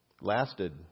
Lasted